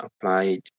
applied